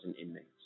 inmates